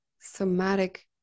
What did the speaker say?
somatic